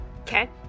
Okay